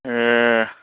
ए